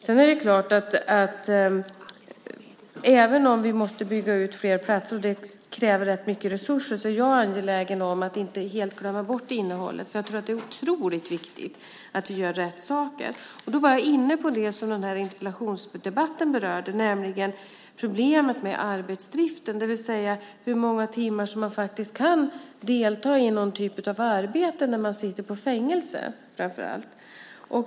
Det är klart att även om vi måste bygga ut fler platser och det kräver rätt mycket resurser så är jag angelägen om att inte helt glömma bort innehållet. För jag tror att det är otroligt viktigt att vi gör rätt saker. Jag var inne på det som den här interpellationsdebatten berörde, nämligen problemet med arbetsdriften, det vill säga hur många timmar som man faktiskt kan delta i någon typ av arbete, när man sitter i fängelse framför allt.